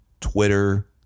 Twitter